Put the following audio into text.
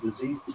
disease